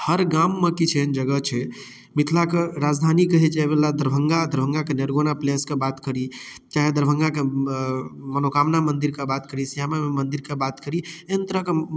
हर गाम मे किछु एहेन जगह छै मिथिलाके राजधानी कहै जाइ बला दरभंगा दरभंगा के नरगोना प्लेसके बात करी चाहे दरभंगाके अऽ मनोकामना मन्दिरके बात करी श्यामा माइ मन्दिरके बात करी एहन तरहके